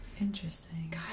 Interesting